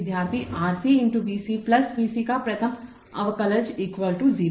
विद्यार्थी R C × V C V C का प्रथम अवकलज 0